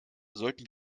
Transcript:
sollten